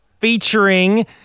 featuring